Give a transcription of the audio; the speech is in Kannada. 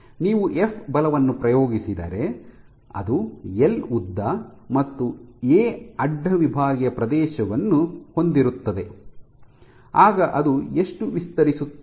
ನೀವು ಎಫ್ ಬಲವನ್ನು ಪ್ರಯೋಗಿಸಿದರೆ ಅದು ಎಲ್ ಉದ್ದ ಮತ್ತು ಎ ಅಡ್ಡ ವಿಭಾಗೀಯ ಪ್ರದೇಶವನ್ನು ಹೊಂದಿರುತ್ತದೆ ಆಗ ಅದು ಎಷ್ಟು ವಿಸ್ತರಿಸುತ್ತದೆ